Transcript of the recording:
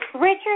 Richard